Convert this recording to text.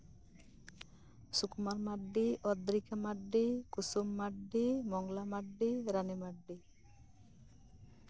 Sukumar Mardi Odrika Mardi Kusum Mardi Mangla Mardi Rani Mardi